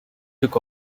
took